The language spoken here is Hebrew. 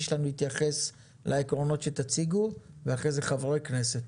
יתייחס לעקרונות שתציגו ואחרי זה חברי כנסת.